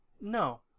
no